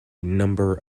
number